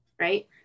right